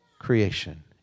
creation